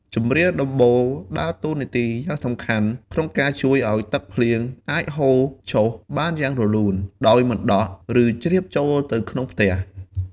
ជម្រាលដំបូលដើរតួនាទីយ៉ាងសំខាន់ក្នុងការជួយឲ្យទឹកភ្លៀងអាចហូរចុះបានយ៉ាងរលូន ដោយមិនដក់ ឬជ្រាបចូលទៅក្នុងផ្ទះ។